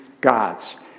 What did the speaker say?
Gods